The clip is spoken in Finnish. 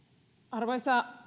arvoisa